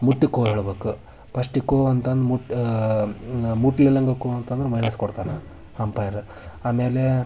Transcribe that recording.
ಮುಟ್ಟಿ ಖೋ ಹೇಳ್ಬೇಕು ಪಸ್ಟಿಗೆ ಖೋ ಅಂತಂದು ಮುಟ್ಟಿ ಮುಟ್ಲಿಲ್ಲಂಗೆ ಖೋ ಅಂತಂದ್ರೆ ಮೈನಸ್ ಕೊಡ್ತಾನೆ ಅಂಪೈರ್ ಆಮೇಲೆ